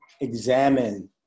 examine